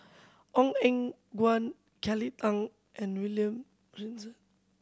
Ong Eng Guan Kelly Tang and William Robinson